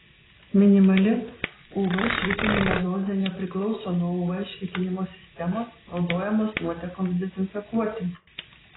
minimali uv švitinimo dozė nepriklauso nuo uv švitinimo sistemos naudojamos nuotekoms dezinfekuoti